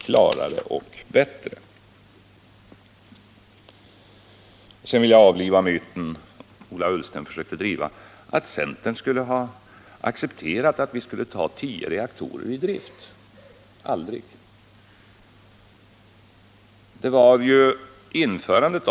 Vidare vill jag avliva den myt som Ola Ullsten försökte sprida om att centern skulle ha accepterat att tio reaktorer skulle tas i drift.